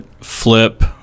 flip